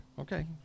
okay